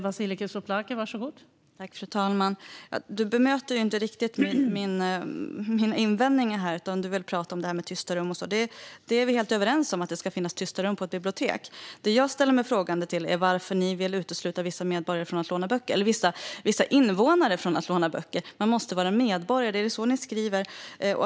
Fru talman! Du bemöter inte riktigt mina invändningar, Aron Emilsson, utan du vill prata om tysta rum och så. Vi är helt överens om att det ska finnas tysta rum på bibliotek. Det jag ställer mig frågande till är varför ni vill utestänga vissa invånare från att låna böcker. Man måste vara medborgare, skriver ni.